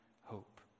hope